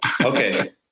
Okay